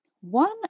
one